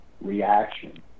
reaction